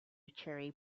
cherry